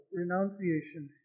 renunciation